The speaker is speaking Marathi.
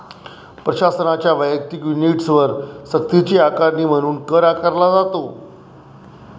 प्रशासनाच्या वैयक्तिक युनिट्सवर सक्तीची आकारणी म्हणून कर आकारला जातो